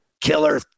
killer